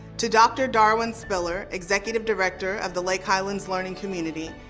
to dr. darwin spiller, executive director of the lake highlands learning community,